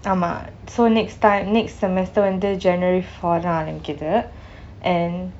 ah mah so next time next semester until january four தான் ஆரம்பிக்குது:thaan arambikiuthu and